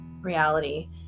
reality